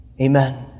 Amen